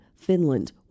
Finland